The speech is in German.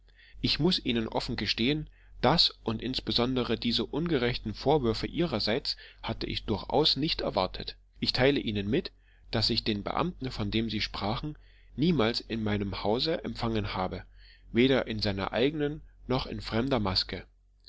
ich muß ihnen offen gestehen das und insbesondere diese ungerechten vorwürfe ihrerseits hatte ich durchaus nicht erwartet ich teile ihnen mit daß ich den beamten von dem sie sprachen niemals in meinem hause empfangen habe weder in seiner eigenen noch in fremder maske